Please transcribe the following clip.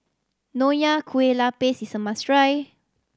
Nonya Kueh Lapis is a must try